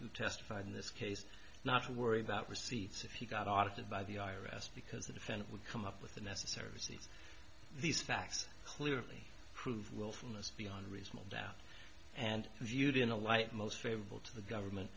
who testified in this case not to worry about receipts if he got audited by the i r s because the defendant would come up with the necessary sees these facts clearly prove willfulness beyond reasonable doubt and viewed in a light most favorable to the government